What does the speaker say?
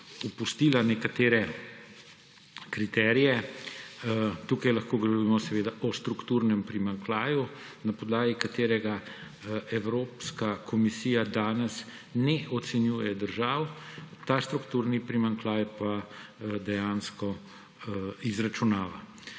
opustila tudi nekatere kriterije. Tukaj lahko govorimo o strukturnem primanjkljaju, na podlagi katerega Evropska komisija danes ne ocenjuje držav, ta strukturni primanjkljaj pa dejansko izračunava.